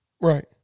Right